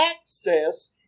access